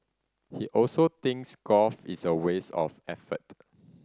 he also thinks golf is a waste of effort